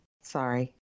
Sorry